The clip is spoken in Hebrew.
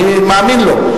אני מאמין לו.